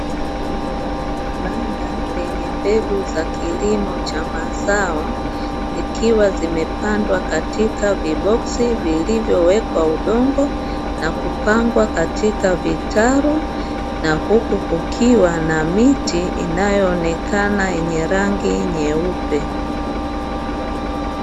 Banda lenye mbegu za kilimo cha mazao, zikiwa zimepandwa katika viboksi, vilivyowekwa udongo na kupangwa katika vitalu, na huku kukiwa na miti inayoonekana yenye rangi nyeupe.